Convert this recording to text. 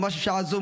ממש בשעה זו,